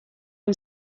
own